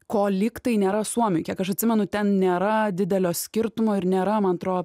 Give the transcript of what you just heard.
ko lyg tai nėra suomijoj kiek aš atsimenu ten nėra didelio skirtumo ir nėra man atro